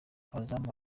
abazamu